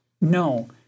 No